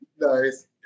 Nice